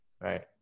right